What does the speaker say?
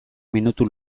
minutu